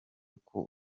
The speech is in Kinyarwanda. uko